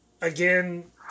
again